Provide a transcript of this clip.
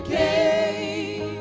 a